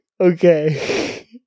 Okay